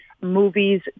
movies